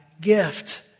gift